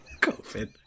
COVID